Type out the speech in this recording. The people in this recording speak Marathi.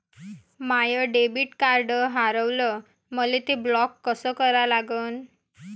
माय डेबिट कार्ड हारवलं, मले ते ब्लॉक कस करा लागन?